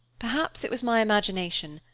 perhaps it was my imagination.